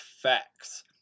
facts